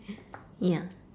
ya